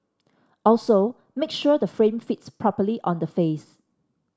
also make sure the frame fits properly on the face